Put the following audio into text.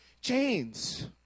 Chains